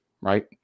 right